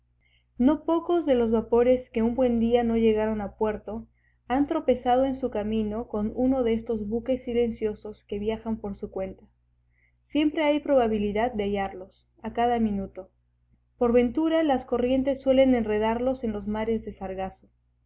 no pocos de los vapores que un buen día no llegaron a puerto han tropezado en su camino con uno de estos buques silenciosos que viajan por su cuenta siempre hay probabilidad de hallarlos a cada minuto por ventura las corrientes suelen enredarlos en los mares de sargazo